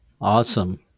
Awesome